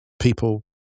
people